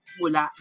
mula